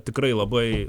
tikrai labai